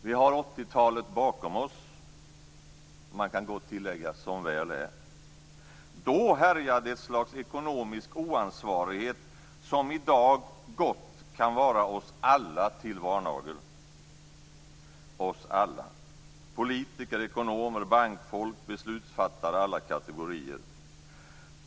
Vi har 80-talet bakom oss - som väl är, kan man gott tillägga. Då härjade ett slags ekonomisk oansvarighet som i dag gott kan vara oss alla till varnagel. Oss alla. Politiker, ekonomer, bankfolk, beslutsfattare alla kategorier.